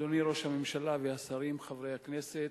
אדוני ראש הממשלה, השרים, חברי הכנסת,